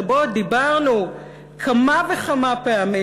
שבו דיברנו כמה וכמה פעמים,